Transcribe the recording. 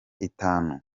itanu